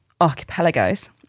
archipelagos